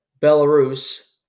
Belarus